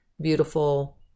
beautiful